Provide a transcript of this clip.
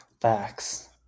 facts